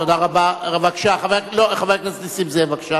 חבר הכנסת נסים זאב, בבקשה.